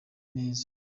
neza